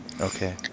Okay